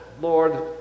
Lord